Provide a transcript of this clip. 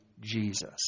Jesus